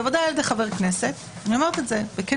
בוודאי על ידי חבר כנסת אני אומרת בכנות